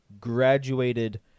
graduated